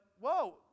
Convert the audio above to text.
whoa